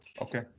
Okay